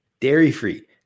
dairy-free